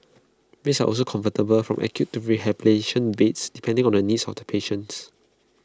beds are also convertible from acute to rehabilitation beds depending on the needs of the patients